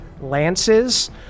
lances